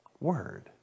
word